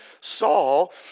Saul